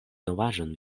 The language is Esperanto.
novaĵon